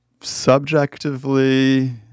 subjectively